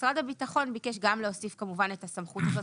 משרד הביטחון ביקש גם להוסיף כמובן את הסמכות הזאת,